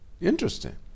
interesting